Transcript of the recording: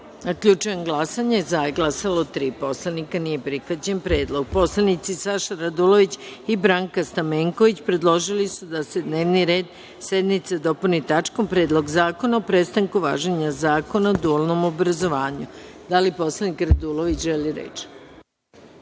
predlog. Zaključujem glasanje: za – tri poslanika. Nije prihvaćen predlog. Narodni poslanici Saša Radulović i Branka Stamenković, predložili su da se dnevni red sednice dopuni tačkom - Predlog zakona o prestanku važenja Zakona o dualnom obrazovanju. Da li poslanik Radulović želi reč?